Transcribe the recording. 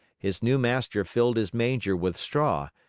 his new master filled his manger with straw,